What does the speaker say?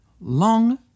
long